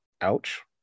Ouch